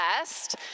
best